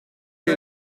che